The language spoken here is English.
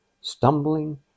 stumbling